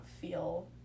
feel